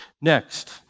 Next